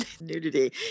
nudity